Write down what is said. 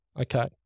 Okay